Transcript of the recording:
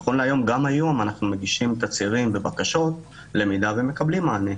נכון להיום גם היום אנחנו מגישים תצהירים ובקשות למידע ומקבלים מענה.